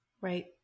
Right